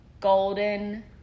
golden